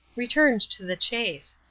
returned to the chase.